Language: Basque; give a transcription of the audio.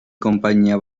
konpainia